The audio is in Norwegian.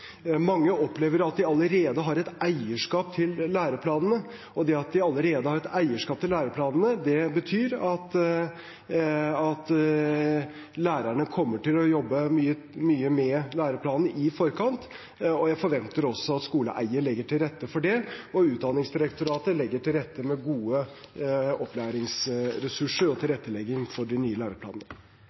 Mange opplever at de allerede har et eierskap til læreplanene, og det at de allerede har et eierskap til læreplanene, betyr at lærerne kommer til å jobbe mye med læreplanene i forkant. Jeg forventer også at skoleeierne legger til rette for det, og at Utdanningsdirektoratet legger til rette med gode opplæringsressurser og tilrettelegging for de nye læreplanene.